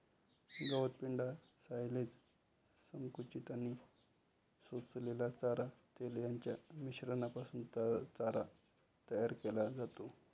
गवत, पेंढा, सायलेज, संकुचित आणि सोललेला चारा, तेल यांच्या मिश्रणापासून चारा तयार केला जातो